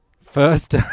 first